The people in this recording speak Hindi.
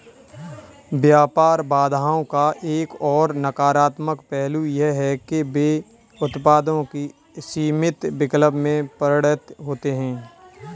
व्यापार बाधाओं का एक और नकारात्मक पहलू यह है कि वे उत्पादों के सीमित विकल्प में परिणत होते है